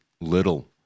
little